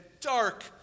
dark